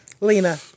Lena